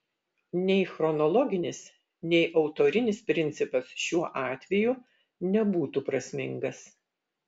nei chronologinis nei autorinis principas šiuo atveju nebūtų prasmingas